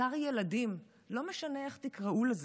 שר ילדים, לא משנה איך תקראו לזה,